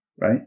right